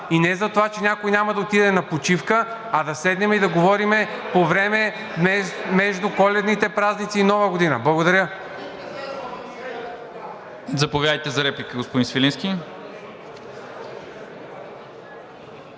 и не за това, че някой няма да отиде на почивка, а да седнем и да говорим по времето между коледните празници и Нова година. Благодаря.